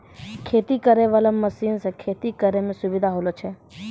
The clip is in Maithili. खेती करै वाला मशीन से खेती करै मे सुबिधा होलो छै